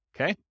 Okay